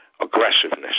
aggressiveness